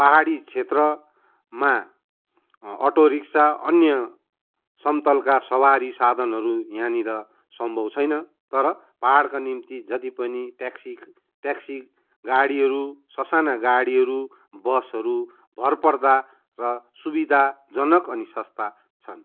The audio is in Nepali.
पाहाडी क्षेत्रमा अटो रिक्सा अन्य समतलका सवारी साधनहरू यहाँनिर सम्भव छैन तर पाहाडका निम्ति जति पनि ट्याक्सी ट्याक्सी गाडीहरू ससाना गाडीहरू बसहरू भरपर्दा र सुविधाजनक अनि सस्ता छन्